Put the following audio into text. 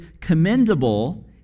commendable